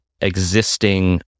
existing